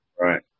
Right